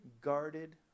guarded